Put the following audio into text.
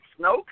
Snoke